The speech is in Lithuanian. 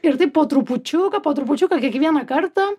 ir taip po trupučiuką po trupučiuką kiekvieną kartą